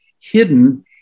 hidden